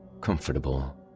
comfortable